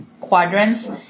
quadrants